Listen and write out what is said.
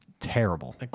terrible